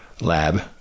Lab